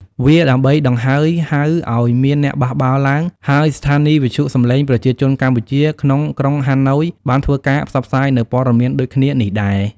វាដើម្បីដង្ហើយហៅឱ្យមានអ្នកបះបោរឡើង ហើយស្ថានីវិទ្យុសម្លេងប្រជាជនកម្ពុជាក្នុងក្រុងហាណូយបានធ្វើការផ្សព្វផ្សាយនូវពត៍មានដូចគ្នានេះដែរ ។